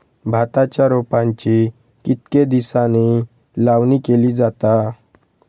भाताच्या रोपांची कितके दिसांनी लावणी केली जाता?